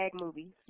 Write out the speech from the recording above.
movie